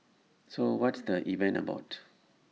so what's the event about